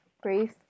Brief